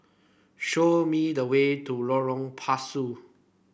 show me the way to Lorong Pasu